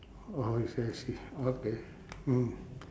oh I see I see okay mm